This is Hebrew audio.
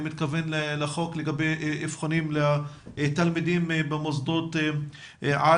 ואני מתכוון לחוק לגבי אבחונים לתלמידים במוסדות על